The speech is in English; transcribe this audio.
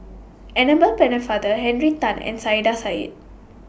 Annabel Pennefather Henry Tan and Saiedah Said